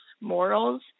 morals